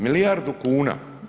Milijardu kuna.